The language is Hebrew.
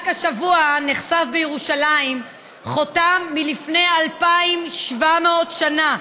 רק השבוע נחשף בירושלים חותם מלפני 2,700 שנה.